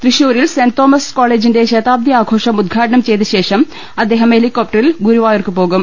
തൃശൂരിൽ saint Thomas കോളജിന്റെ ശതാബ്ദി ആഘോഷം ഉദ്ഘാടനം ചെയ്ത ശേഷം അദ്ദേഹം ഹെലികോപ്ടറിൽ ഗുരുവാ യൂർക്ക് പോകും